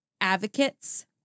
advocates